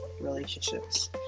relationships